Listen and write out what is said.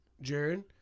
Jared